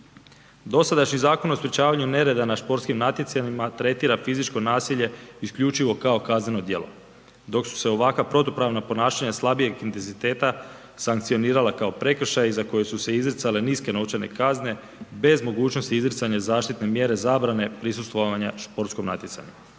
Dosadašnji Zakon o sprečavanju nereda na sportskim natjecanjima tretira fizičko nasilje isključivo kao kazneno djelo, dok su se ovakva protupravna ponašanja slabijeg intenziteta sankcionirala kao prekršaj za koje su se izricale niske novčane kazne bez mogućnosti izricanja zaštitne mjere zabrane prisustvovanja sportskom natjecanju.